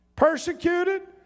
Persecuted